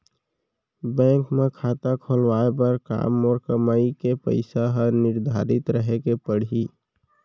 Bank म खाता खुलवाये बर का मोर कमाई के पइसा ह निर्धारित रहे के पड़ही?